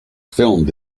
filmed